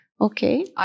Okay